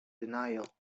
denial